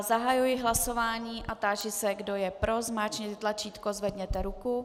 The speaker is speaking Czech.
Zahajuji hlasování a táži se, kdo je pro, zmáčkněte tlačítko a zvedněte ruku.